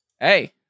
hey